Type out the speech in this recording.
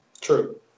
True